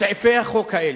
סעיפי החוק האלה.